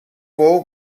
vol